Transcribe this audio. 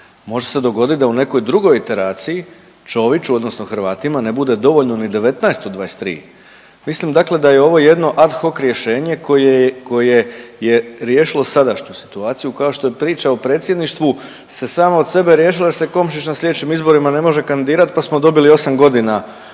može se dogoditi da u nekoj drugoj iteraciji Čoviću odnosno Hrvatima ne bude dovoljno ni 19 od 23. Mislim dakle da je ovo jedno ad hoc rješenje koje je riješilo sadašnju situaciju kao što priča o predsjedništvu se sama od sebe riješila jer se Komšić na slijedećim izborima ne može kandidirat pa smo dobili 8 godina